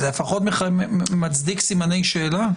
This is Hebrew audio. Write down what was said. זה לפחות מצדיק סימני שאלה.